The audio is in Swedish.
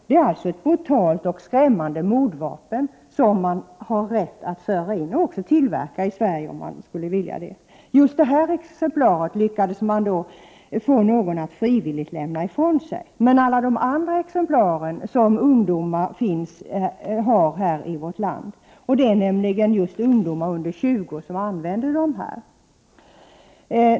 Det är alltså ett brutalt och skrämmande mordvapen som man har rätt att föra in och även tillverka i Sverige, om man skulle vilja det. Just detta exemplar lyckades tullen få någon att frivilligt lämna ifrån sig. Men vad händer med alla andra exemplar som ungdomar har i vårt land? Det är nämligen just ungdomar under 20 år som använder dessa.